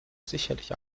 sicherlich